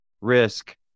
risk